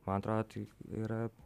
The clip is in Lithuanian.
man atrodo tai yra